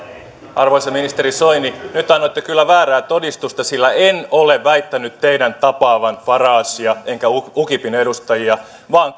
arvoisa ministeri soini nyt annoitte kyllä väärää todistusta sillä en ole väittänyt teidän tapaavan faragea enkä ukipin edustajia vaan